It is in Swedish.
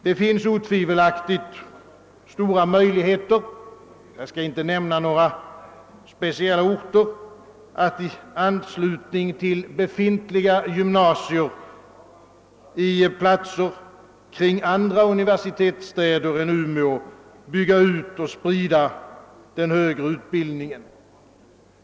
Det finns otvivelaktigt stora möjligheter — jag skall inte nämna några speciella orter — att i anslutning till befintliga gymnasier på platser kring andra universitetsstäder än Umeå bygga ut och sprida den högre utbildningen.